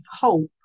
hope